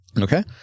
Okay